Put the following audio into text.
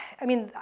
i mean,